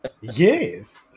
Yes